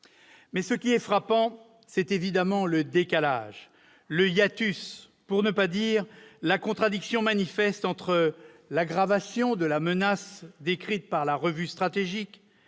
Ce qui est frappant, c'est évidemment le décalage, le hiatus, pour ne pas dire la contradiction manifeste entre l'aggravation de la menace décrite par la revue stratégique